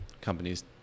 companies